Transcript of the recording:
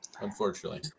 Unfortunately